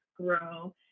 grow